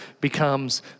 becomes